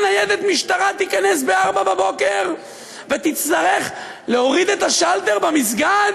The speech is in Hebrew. ניידת משטרה תיכנס ב-04:00 ותצטרך להוריד את השלטר במסגד,